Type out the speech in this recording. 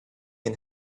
and